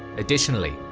additionally,